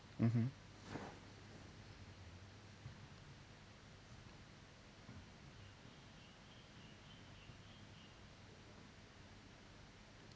mmhmm